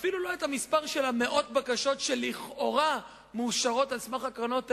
אפילו לא את המספר של מאות הבקשות שלכאורה מאושרות על סמך הקרנות האלה.